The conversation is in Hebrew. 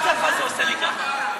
שהעזה להמרות את פיך.